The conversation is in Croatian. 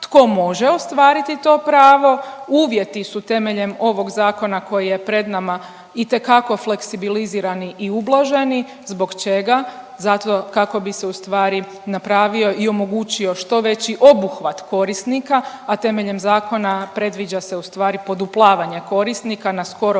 tko može ostvariti to pravo, uvjeti su temeljem ovog zakona koji je pred nama itekako fleksibilizirani i ublaženi zbog čega zato kako bi se ustvari napravio i omogućio što veći obuhvat korisnika, a temeljem zakona predviđa se ustvari poduplavanje korisnika na skoro